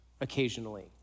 occasionally